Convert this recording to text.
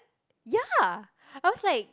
ya I was like